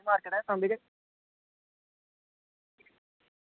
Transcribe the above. market ई market ऐ Sunday